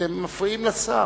אתם מפריעים לשר.